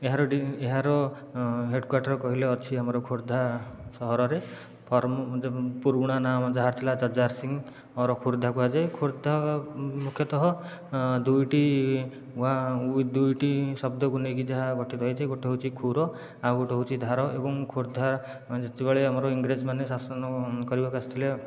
ଏହାର ଏହାର head quarter କହିଲେ ଅଛି ଆମର ଖୋର୍ଦ୍ଧା ସହରରେ ଫର ପୁରୁଣା ନା ଆମର ଯାହା ଥିଲା ଯାଯାର ସିଂ ଆମର ଖୋର୍ଦ୍ଧା କୁହାଯାଏ ଖୋର୍ଦ୍ଧା ମୁଖ୍ୟତଃ ଦୁଇଟି ଦୁଇଟି ଶବ୍ଦକୁ ନେଇ ଯାହା ଗଠିତ ହୋଇଛି ଗୋଟିଏ ହେଉଛି ଖୁର ଆଉ ଗୋଟିଏ ହେଉଛି ଧାର ଏବଂ ଖୋର୍ଦ୍ଧା ଯେତେବେଳେ ଆମର ଇଂରେଜମାନେ ଶାସନ କରିବାକୁ ଆସିଥିଲେ